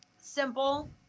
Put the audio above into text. simple